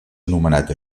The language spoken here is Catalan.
anomenat